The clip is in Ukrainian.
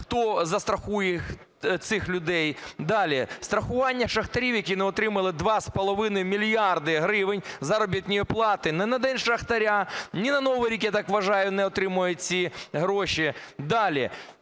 Хто застрахує цих людей? Далі. Страхування шахтарів, які не отримали 2,5 мільярда гривень заробітної плати ні на день шахтаря, ні на Новий рік, я так вважаю, не отримають ці гроші. Далі.